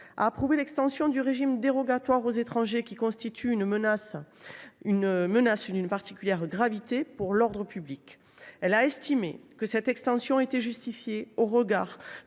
a approuvé l’extension du régime dérogatoire aux étrangers qui constituent une menace d’une particulière gravité pour l’ordre public. Elle a estimé que cette extension était justifiée au regard